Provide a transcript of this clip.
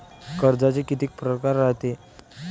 कर्जाचे कितीक परकार रायते?